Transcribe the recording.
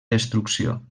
destrucció